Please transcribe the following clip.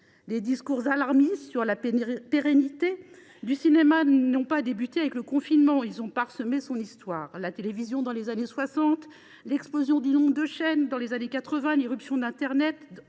Les discours alarmistes sur la pérennité du cinéma n’ont pas débuté avec le confinement. Ils ont parsemé son histoire : la télévision, dans les années 1960, l’explosion du nombre de chaînes, dans les années 1980, l’irruption d’internet,